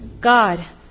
God